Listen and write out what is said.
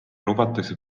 lubatakse